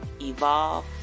evolve